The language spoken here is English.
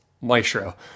Maestro